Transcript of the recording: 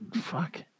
Fuck